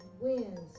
wins